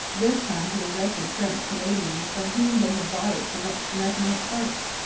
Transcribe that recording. this time to the wretched french canadians from whom they had bought it for next to nothing at first.